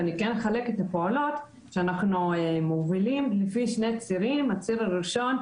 ואני אחלק את הפעולות שאנחנו מובילים לשני צירים: הציר הראשון,